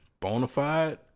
Bonafide